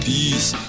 Peace